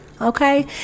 Okay